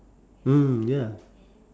mm ya